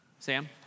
Sam